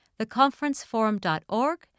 theconferenceforum.org